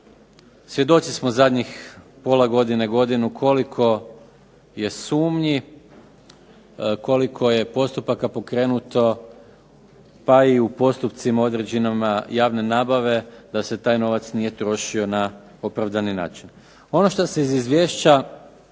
Svjedoci smo zadnjih pola godine, godinu koliko je sumnji, koliko je postupaka pokrenuto, pa i u postupcima određenima javne nabave da se taj novac nije trošio na opravdani način. Ono šta se iz izvješća